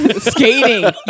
Skating